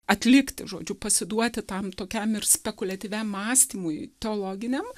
atlikti žodžiu pasiduoti tam tokiam ir spekuliatyviam mąstymui teologiniam